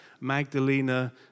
Magdalena